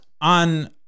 on